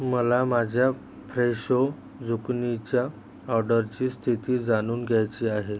मला माझ्या फ्रेशो झुकनीच्या ऑर्डरची स्थिती जाणून घ्यायची आहे